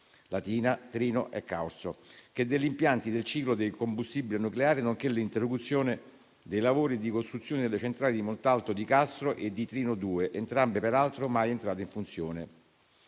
sia degli impianti del ciclo del combustibile nucleare, nonché all'interruzione dei lavori di costruzione delle centrali di Montalto di Castro e di Trino 2, entrambe peraltro mai entrate in funzione.